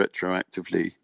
retroactively